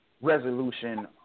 resolution